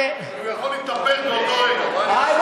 הוא יכול להתהפך באותו רגע, מה אני אעשה?